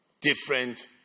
Different